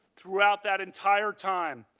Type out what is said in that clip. throughout that entire time,